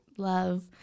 love